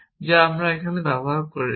যা আমরা এখানে ব্যবহার করছি